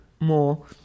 more